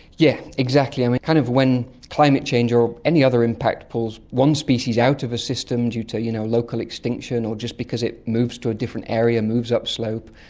yeah exactly. and kind of when climate change or any other impact pulls one species out of a system due to you know local extinction or just because it moves to a different area, moves upslope,